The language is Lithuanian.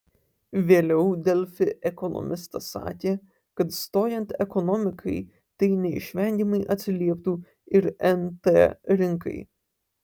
vėliau delfi ekonomistas sakė kad stojant ekonomikai tai neišvengiamai atsilieptų ir nt rinkai